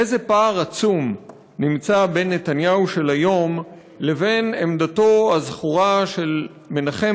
איזה פער עצום יש בין נתניהו של היום לבין עמדתו הזכורה של מנחם